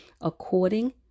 according